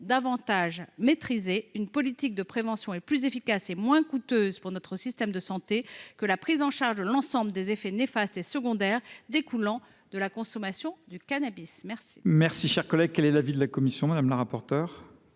davantage maîtrisées : une politique de prévention est plus efficace et moins coûteuse pour notre système de santé que la prise en charge de l’ensemble des effets néfastes et secondaires découlant de la consommation de cannabis. Quel est l’avis de la commission ? Avis défavorable.